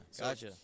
gotcha